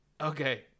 Okay